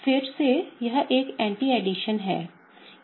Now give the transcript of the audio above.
फिर से यह एक एंटी एडिशन है